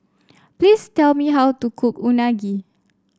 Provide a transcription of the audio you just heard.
please tell me how to cook Unagi